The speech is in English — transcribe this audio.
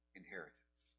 inheritance